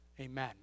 Amen